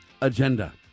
agenda